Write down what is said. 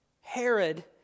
Herod